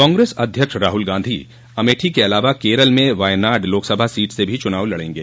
कांग्रेस अध्यक्ष राहुल गांधी अमेठी के अलावा केरल में वायनाड लोकसभा सीट से भी चुनाव लड़ेंगे